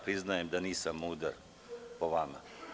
Priznajem da nisam mudar po vama.